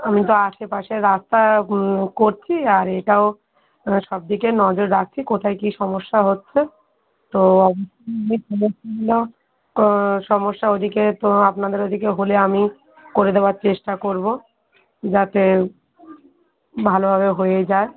আমি তো আশেপাশের রাস্তা করছি আর এটাও সব দিকে নজর রাখছি কোথায় কী সমস্যা হচ্ছে তো সমস্যা ওদিকে তো আপনাদের ওদিকে হলে আমি করে দেওয়ার চেষ্টা করব যাতে ভালোভাবে হয়ে যায়